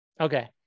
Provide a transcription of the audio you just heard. Okay